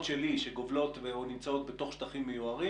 שלי שגובלות או נמצאות בתוך שטחים מיוערים